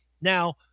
Now